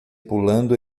pulando